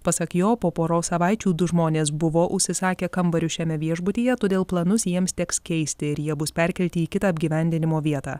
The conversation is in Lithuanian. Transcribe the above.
pasak jo po poros savaičių du žmonės buvo užsisakę kambarius šiame viešbutyje todėl planus jiems teks keisti ir jie bus perkelti į kitą apgyvendinimo vietą